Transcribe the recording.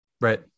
Right